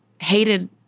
hated